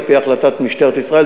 על-פי החלטת משטרת ישראל,